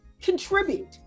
contribute